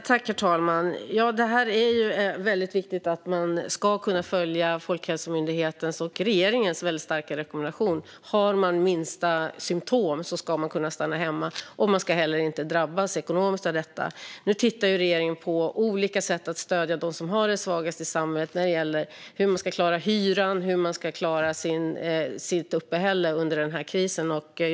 Herr talman! Det är väldigt viktigt att man ska kunna följa Folkhälsomyndighetens och regeringens starka rekommendation. Har man minsta symtom ska man kunna stanna hemma, och man ska inte drabbas ekonomiskt av detta. Nu tittar regeringen på olika sätt att stödja de svagaste i samhället när det gäller att klara hyra och uppehälle under krisen.